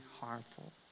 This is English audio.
harmful